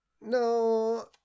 No